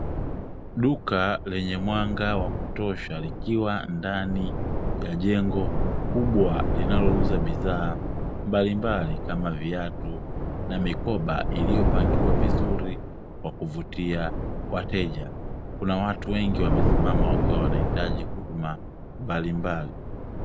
Duka lenye mwanga wa kutosha, likiwa ndani ya jengo kubwa linalouza bidhaa mbalimbali kama, viatu na mikoba iliyopangiliwa vizuri kwa kuvutia wateja. Kuna watu wengi wamesimama wakiwa wanahitaji huduma mbalimbali.